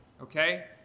Okay